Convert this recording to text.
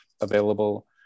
available